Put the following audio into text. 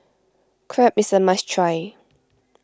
Crepe is a must try